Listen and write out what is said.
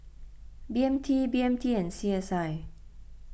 B M T B M T and C S I